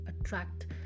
attract